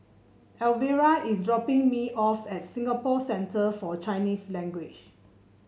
Elvera is dropping me off at Singapore Centre For Chinese Language